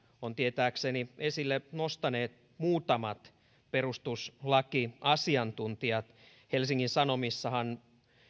ovat tietääkseni esille nostaneet ainoastaan muutamat perustuslakiasiantuntijat helsingin sanomissahan